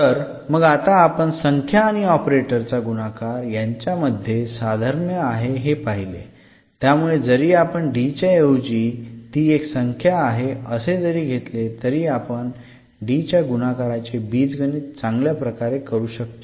तर मग आता आपण संख्या आणि ऑपरेटर चा गुणाकार यांच्यामध्ये साधर्म्य आहे हे पाहिले त्यामुळे जरी आपण D च्या ऎवजि ती एक संख्या आहे असे जरी घेतले तरी आपण D च्या गुणाकाराचे बीजगणित चांगल्या प्रकारे करू शकतो